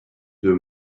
deux